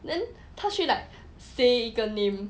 then 他去 like say 一个 name